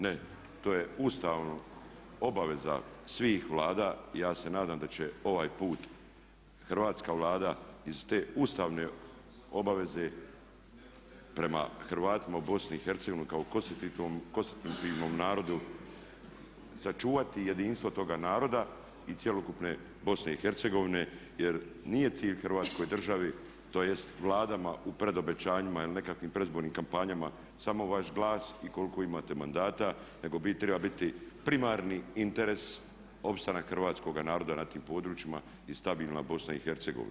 Ne, to je ustavna obaveza svih Vlada i ja se nadam da će ovaj put Hrvatska vlada iz te ustavne obaveze prema Hrvatima u BiH kao konstitutivnom narodu sačuvati jedinstvo toga naroda i cjelokupne BiH jer nije cilj Hrvatskoj državi tj. Vladama u predobećanjima ili nekakvim predizbornim kampanjama samo vaš glas i koliko imate mandata nego treba biti primarni interes opstanak hrvatskoga naroda na tim područjima i stabilna BiH.